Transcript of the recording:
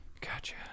Gotcha